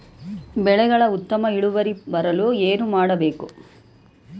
ಬೆಳೆಗಳ ಉತ್ತಮ ಇಳುವರಿ ಬರಲು ಏನು ಮಾಡಬೇಕು?